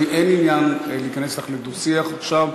לחברת הכנסת לביא אין עניין להיכנס אתך לדו-שיח עכשיו.